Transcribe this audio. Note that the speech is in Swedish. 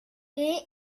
det